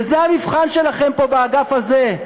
וזה המבחן שלכם פה באגף הזה.